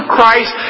Christ